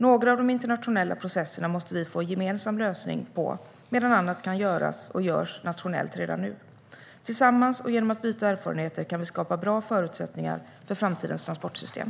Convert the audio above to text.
Några av de internationella processerna måste vi få en gemensam lösning på medan annat kan göras och görs nationellt redan nu. Tillsammans och genom att byta erfarenheter kan vi skapa bra förutsättningar för framtidens transportsystem.